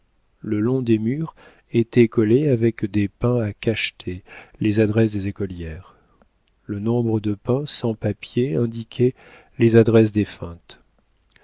le long des murs étaient collées avec des pains à cacheter les adresses des écolières le nombre de pains sans papiers indiquait les adresses